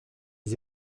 des